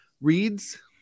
reads